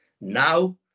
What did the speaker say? Now